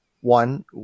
One